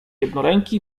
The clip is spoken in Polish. jednoręki